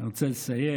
אני רוצה לסיים: